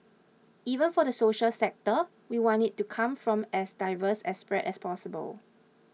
even for the social sector we want it to come from as diverse a spread as possible